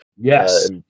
Yes